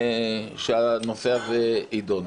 נכון שהנושא הזה יידון.